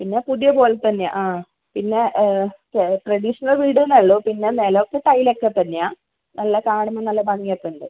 പിന്നെ പുതിയത് പോലെ തന്നെയാണ് ആ പിന്നെ ട്ര ട്രഡീഷണൽ വീട് എന്നേയുള്ളൂ പിന്നെ നിലം ഒക്കെ ടൈൽ ഒക്കെ തന്നെയാണ് നല്ല കാണുമ്പോൾ നല്ല ഭംഗിയൊക്കെ ഉണ്ട്